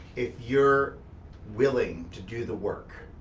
if you're willing to do the work,